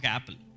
Apple